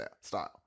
style